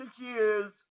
years